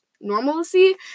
normalcy